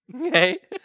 okay